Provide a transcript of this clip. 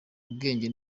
ubwenge